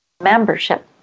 membership